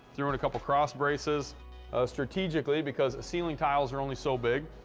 threw in a couple cross braces strategically, because ceiling tiles are only so big,